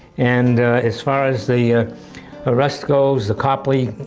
and it's far as the ah ah rest goes, the copley,